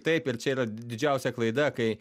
taip ir čia yra didžiausia klaida kai